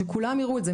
שכולם ייראו את זה,